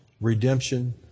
redemption